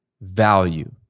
value